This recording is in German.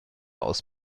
aus